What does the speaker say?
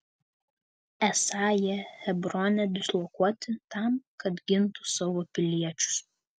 esą jie hebrone dislokuoti tam kad gintų savo piliečius